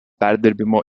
perdirbimo